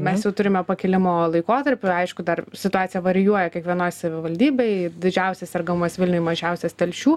mes jau turime pakilimo laikotarpį aišku dar situacija varijuoja kiekvienoj savivaldybėj didžiausias sergamumas vilniuj mažiausias telšių